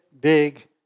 big